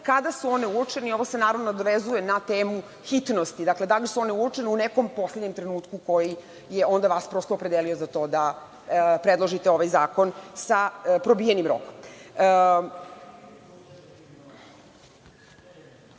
kada su one uočene i ovo se naravno nadovezuje na temu hitnosti, da li su one uočene u nekom poslednjem trenutku koji je onda vas prosto opredelio za to da predložite ovaj zakon sa probijenim rokom? Šta